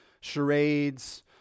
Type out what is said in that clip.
charades